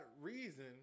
reason